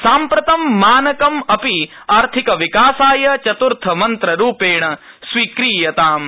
साम्प्रतं मानकम् अपि आर्थिकविकासाय चतुर्थमन्त्ररूपेण स्वीक्रियतामु